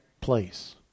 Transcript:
place